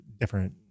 different